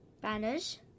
banners